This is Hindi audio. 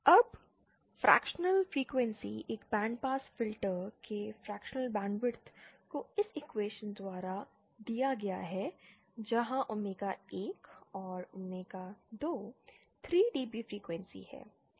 अब फ्रैक्चनल फ्रिक्वेंसी एक बैंडपास फ़िल्टर के फ्रैक्शनल बैंडविड्थ को इस इक्वेशन द्वारा दिया गया है जहाँ ओमेगा 1 और ओमेगा 2 3dB फ़्रीक्वेंसी हैं